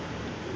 so